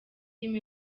film